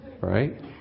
Right